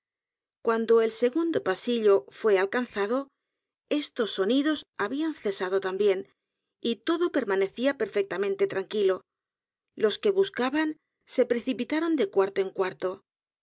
cuando el segundo pasillo fué alcanzado estos sonidos habían cesado también y todo permanecía perfectamente tranquilo los que buscaban se precipitaron de cuarto en cuarto al